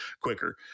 quicker